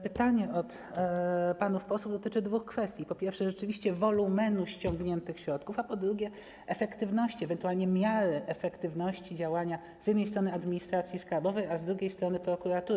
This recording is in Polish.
Pytania panów posłów dotyczyły dwóch kwestii: po pierwsze, rzeczywiście wolumenu ściągniętych środków, a po drugie, efektywności, ewentualnie miary efektywności działania z jednej strony administracji skarbowej, a z drugiej strony prokuratury.